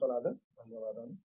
విశ్వనాథన్ ధన్యవాదాలు